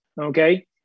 Okay